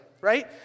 right